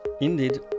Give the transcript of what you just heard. Indeed